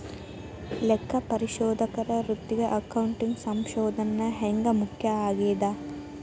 ಲೆಕ್ಕಪರಿಶೋಧಕರ ವೃತ್ತಿಗೆ ಅಕೌಂಟಿಂಗ್ ಸಂಶೋಧನ ಹ್ಯಾಂಗ್ ಮುಖ್ಯ ಆಗೇದ?